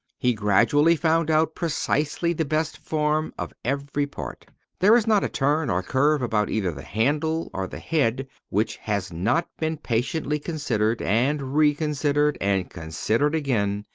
he gradually found out precisely the best form of every part. there is not a turn or curve about either the handle or the head which has not been patiently considered, and reconsidered, and considered again,